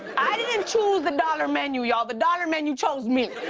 i didn't chose the dollar menu, y'all. the dollar menu chose me.